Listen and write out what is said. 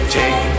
take